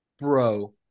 bro